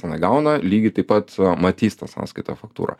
ten jį gauna lygiai taip pat matys tą sąskaitą faktūrą